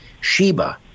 Sheba